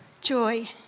joy